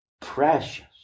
Precious